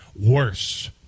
worse